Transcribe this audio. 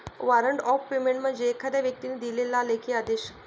warrant of payment म्हणजे एखाद्या व्यक्तीने दिलेला लेखी आदेश